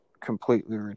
completely